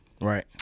Right